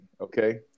Okay